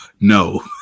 no